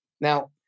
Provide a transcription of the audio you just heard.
Now